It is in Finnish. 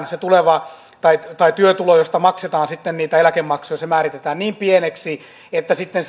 se työtulo josta maksetaan sitten niitä eläkemaksuja määritetään niin pieneksi että sitten